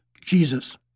Jesus